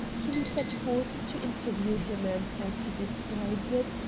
kinney set forth to interview him and, as he described it,